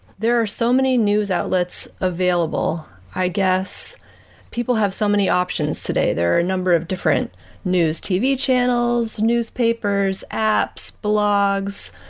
there are so many news outlets available. i guess people have so many options today. there are a number of different news tv channels, newspapers, apps, blogs,